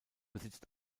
besitzt